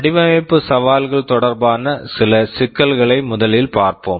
வடிவமைப்பு சவால்கள் தொடர்பான சில சிக்கல்களை முதலில் பார்ப்போம்